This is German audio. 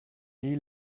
nie